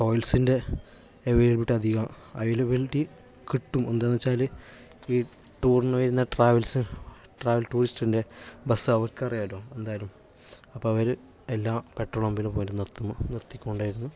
ടോയിൽസിൻ്റെ availability അധികം availability കിട്ടും എന്താന്ന് വെച്ചാല് ഈ ടൂറിന് വരുന്ന ട്രാവൽസ് ട്രാവൽ ടൂറിസ്റ്റിൻ്റെ ബസ് അവർക്കറിയാമലോ എന്തായാലും അപ്പോൾ അവര് എല്ലാ പെട്രോൾ പമ്പിനും പോയി നിർത്തുന്നു നിർത്തിക്കൊണ്ടെയിരുന്നു